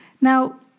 Now